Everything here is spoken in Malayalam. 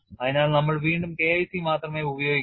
അതിനാൽ നമ്മൾ വീണ്ടും K IC മാത്രമേ ഉപയോഗിക്കൂ